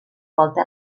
volte